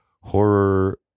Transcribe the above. horror